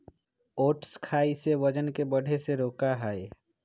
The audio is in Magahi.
ओट्स खाई से वजन के बढ़े से रोका हई